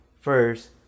first